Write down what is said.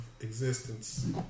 existence